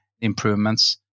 improvements